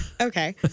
Okay